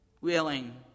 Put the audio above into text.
willing